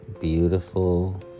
beautiful